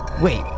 Wait